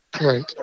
Right